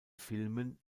filmen